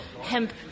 hemp